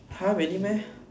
!huh! really meh